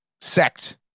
sect